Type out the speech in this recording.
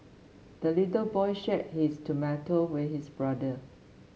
the little boy shared his tomato with his brother